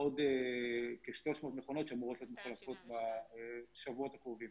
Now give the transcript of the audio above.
עוד כ-300 מכונות שאמורות להיות מחולקות בשבועות הקרובים.